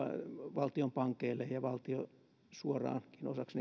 valtion pankeille ja valtio osaksi